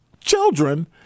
children